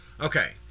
Okay